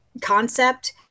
concept